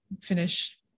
finish